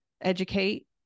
educate